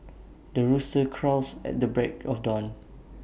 the rooster crows at the break of dawn